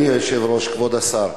אדוני היושב-ראש, כבוד השר,